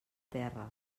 terra